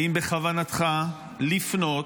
האם בכוונתך לפנות,